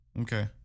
Okay